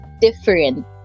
different